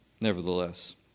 nevertheless